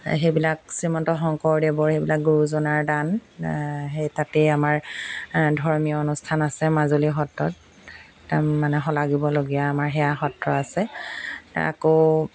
সেইবিলাক শ্ৰীমন্ত শংকৰদেৱৰ সেইবিলাক গুৰুজনাৰ দান সেই তাতেই আমাৰ ধৰ্মীয় অনুষ্ঠান আছে মাজুলীৰ সত্ৰত মানে শলাগিবলগীয়া আমাৰ সেয়া সত্ৰ আছে আকৌ